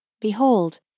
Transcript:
Behold